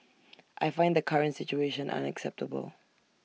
I find the current situation unacceptable